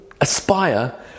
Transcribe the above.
aspire